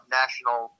national